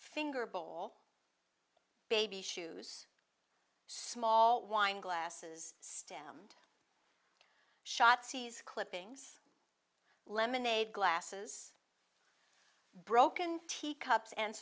finger bowl baby shoes small wine glasses stem shot seize clippings lemonade glasses broken tea cups and